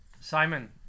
Simon